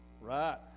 Right